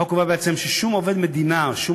החוק קובע בעצם ששום עובד מדינה או שום